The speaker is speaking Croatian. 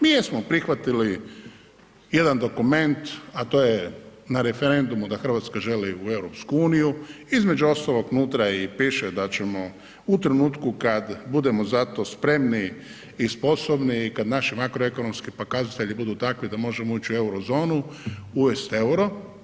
Mi jesmo prihvatili jedan dokument a to je na referendumu da Hrvatska želi u EU, između ostalog unutra i piše da ćemo u trenutku kad budemo za to spremni i sposobni i kada naši makroekonomski pokazatelji budu takvi da možemo ući u Eurozonu, uvesti euro.